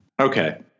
okay